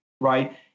right